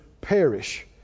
perish